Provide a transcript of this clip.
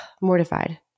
mortified